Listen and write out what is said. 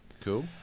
Cool